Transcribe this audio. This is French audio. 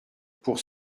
pour